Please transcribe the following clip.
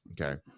Okay